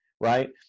right